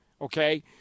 okay